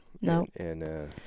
No